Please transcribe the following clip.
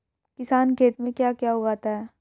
किसान खेत में क्या क्या उगाता है?